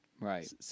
Right